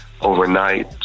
overnight